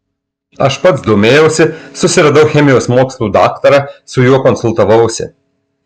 aš pats domėjausi susiradau chemijos mokslų daktarą su juo konsultavausi